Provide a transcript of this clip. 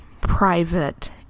private